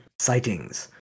sightings